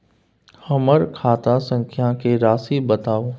हमर खाता संख्या के राशि बताउ